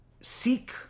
seek